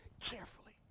carefully